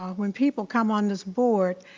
um when people come on this board,